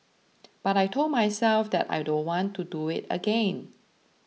but I told myself that I don't want to do it again